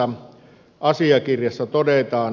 samassa asiakirjassa todetaan